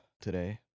today